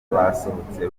basohotse